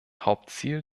hauptziel